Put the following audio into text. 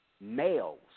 males